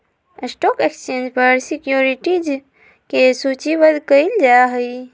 stock exchange पर securities के सूचीबद्ध कयल जाहइ